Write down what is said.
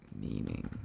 Meaning